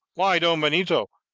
why, don benito,